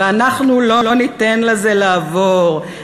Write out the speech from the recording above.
ואנחנו לא ניתן לזה לעבור".